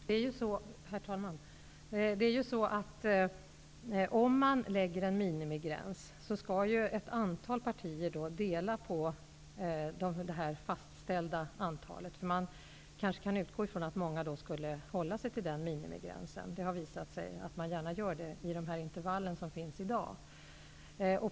Herr talman! Om man fastlägger en minimigräns skall ett antal partier dela på det fastställda antalet mandat. Man kan kanske utgå från att många håller sig till minimigränsen. Det har visat sig att man gärna gör det inom de intervall som finns i dag.